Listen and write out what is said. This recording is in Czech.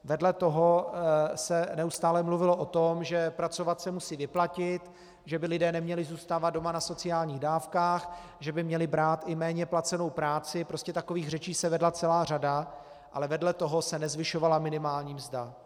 Vedle toho se neustále mluvilo o tom, že pracovat se musí vyplatit, že by lidé neměli zůstávat doma na sociálních dávkách, že by měli brát i méně placenou práci, prostě takových řečí se vedla celá řada, ale vedle toho se nezvyšovala minimální mzda.